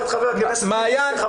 את חבר הכנסת פינדרוס כחבר בוועדה.